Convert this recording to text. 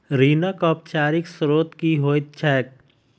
ऋणक औपचारिक स्त्रोत की होइत छैक?